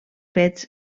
fets